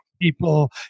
people